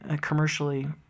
commercially